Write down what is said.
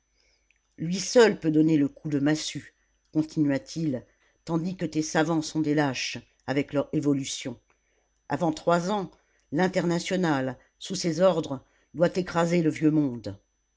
lui seul peut donner le coup de massue continua-t-il tandis que tes savants sont des lâches avec leur évolution avant trois ans l'internationale sous ses ordres doit écraser le vieux monde